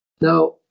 Now